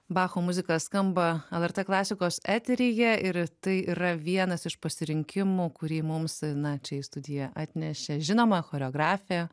bacho muzika skamba lrt klasikos eteryje ir tai yra vienas iš pasirinkimų kurį mums nakčiai į studiją atnešė žinoma choreografė